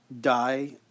die